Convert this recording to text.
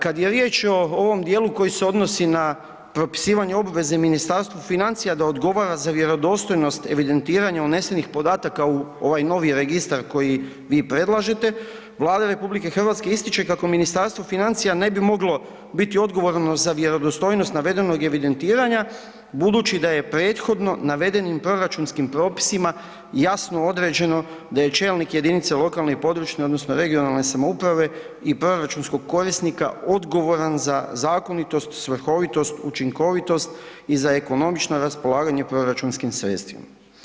Kad je riječ o ovom dijelu koji se odnosi na propisivanje obveze Ministarstvu financija da odgovara za vjerodostojnost evidentiranja unesenih podataka u ovaj novi registar koji vi predlažete Vlada RH ističe kako Ministarstvo financija ne bi moglo biti odgovorno za vjerodostojnost navedenog evidentiranja budući da je prethodno navedenim proračunskim propisima jasno određeno da je čelnik jedinice lokalne i područne odnosno regionalne samouprave i proračunskog korisnika odgovoran za zakonitost, svrhovitost, učinkovitost i ekonomično raspolaganje proračunskim sredstvima.